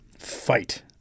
fight